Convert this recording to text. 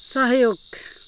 सहयोग